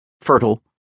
fertile